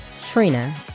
Trina